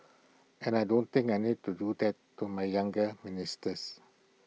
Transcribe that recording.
and I don't think I need to do that to my younger ministers